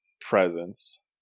presence